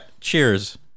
cheers